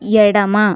ఎడమ